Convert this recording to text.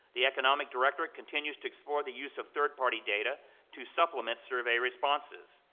the economic directorate continues to explore the use of third party data to supplement survey responses.